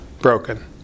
broken